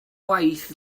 waith